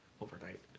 overnight